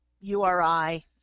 URI